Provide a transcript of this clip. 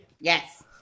Yes